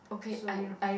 so